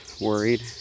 worried